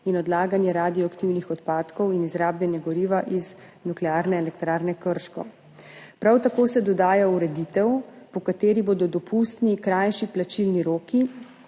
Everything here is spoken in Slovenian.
in odlaganja radioaktivnih odpadkov in izrabljenega goriva iz Nuklearne elektrarne Krško. Prav tako se dodaja ureditev, po kateri bodo dopustni krajši plačilni roki